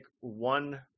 one